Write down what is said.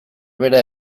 bera